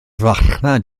farchnad